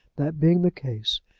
that being the case,